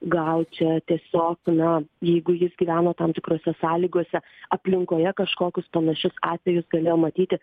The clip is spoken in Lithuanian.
gal čia tiesiog na jeigu jis gyvena tam tikrose sąlygose aplinkoje kažkokius panašius atvejus galėjo matyti